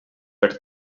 per